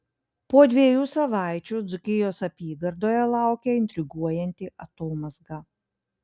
po dviejų savaičių dzūkijos apygardoje laukia intriguojanti atomazga